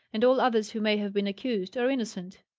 and all others who may have been accused, are innocent.